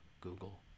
Google